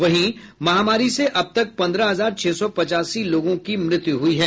वहीं महामारी से अब तक पन्द्रह हजार छह सौ पचासी लोगों की मृत्यु हुई है